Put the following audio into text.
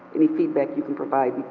any feedback you can provide,